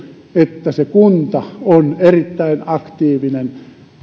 että se kunta on erittäin aktiivinen myös